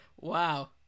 Wow